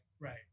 Right